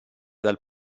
dal